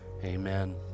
amen